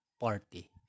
party